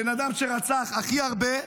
הבן אדם שרצח הכי הרבה,